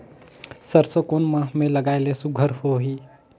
सरसो कोन माह मे लगाय ले सुघ्घर होही?